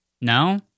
No